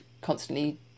constantly